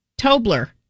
Tobler